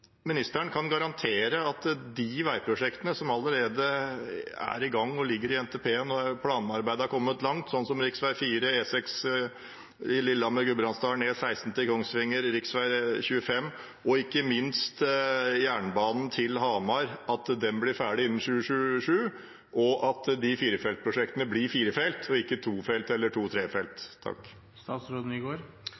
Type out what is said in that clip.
ministeren kan garantere de veiprosjektene som allerede er i gang og ligger i NTP-en – og planarbeidet har kommet langt – som rv. 4, E6 Lillehammer–Gudbrandsdalen, E16 til Kongsvinger, rv. 25, og ikke minst at jernbanen til Hamar blir ferdig innen 2027, og at de firefeltsprosjektene blir